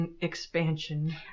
expansion